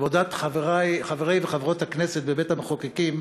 עבודת חברי וחברות הכנסת בבית-המחוקקים,